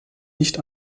nicht